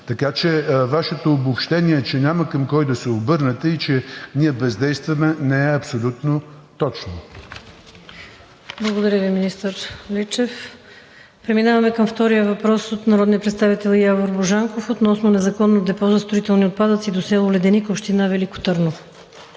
Така че Вашето обобщение, че няма към кого да се обърнете и че ние бездействаме, не е абсолютно точно. ПРЕДСЕДАТЕЛ ВИКТОРИЯ ВАСИЛЕВА: Благодаря Ви, министър Личев. Преминаваме към втория въпрос от народния представител Явор Божанков относно незаконно депо за строителни отпадъци до село Леденик, община Велико Търново.